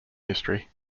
history